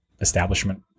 establishment